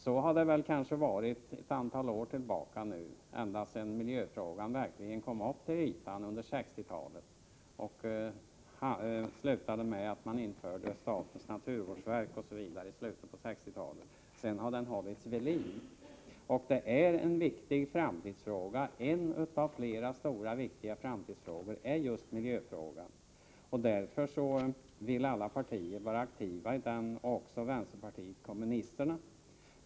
Så har det väl kanske varit ända sedan miljöfrågan verkligen kom upp till ytan under 1960-talet — det slutade med att man i slutet av 1960-talet inrättade statens naturvårdsverk; sedan har den hållits vid liv. Miljöfrågan är en av flera viktiga framtidsfrågor. Därför vill alla partier vara aktiva den, också vänsterpartiet kommunisterna.